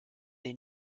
they